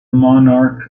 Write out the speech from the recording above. monarch